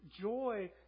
joy